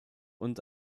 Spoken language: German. und